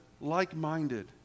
like-minded